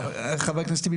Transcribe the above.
חבר הכנסת טיבי,